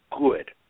good